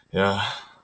ya